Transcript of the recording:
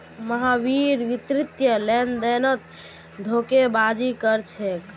महावीर वित्तीय लेनदेनत धोखेबाजी कर छेक